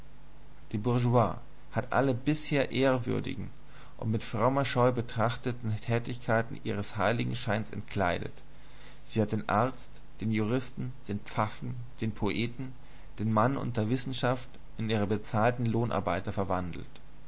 die bourgeoisie hat alle bisher ehrwürdigen und mit frommer scheu betrachteten tätigkeiten ihres heiligenscheins entkleidet sie hat den arzt den juristen den pfaffen den poeten den mann der wissenschaft in ihre bezahlten lohnarbeiter verwandelt